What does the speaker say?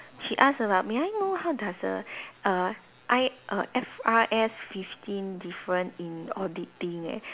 she ask about may I know how does the err I err F_R_S fifteen different in auditing eh